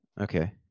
Okay